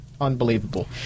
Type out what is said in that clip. Unbelievable